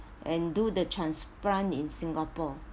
and do the transplant in singapore